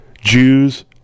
Jews